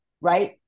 right